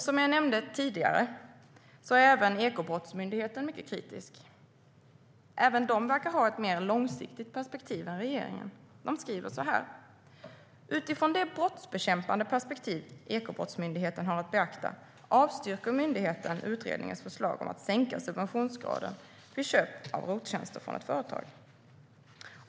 Som jag nämnde tidigare är även Ekobrottsmyndigheten mycket kritisk. Även de verkar ha ett mer långsiktigt perspektiv än regeringen. De skriver så här: "Utifrån det brottsbekämpande perspektiv Ekobrottsmyndigheten har att beakta avstyrker myndigheten utredningens förslag om att . sänka subventionsgraden vid köp av ROT-tjänster från ett företag.